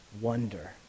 wonder